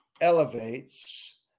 elevates